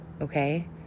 okay